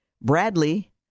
Bradley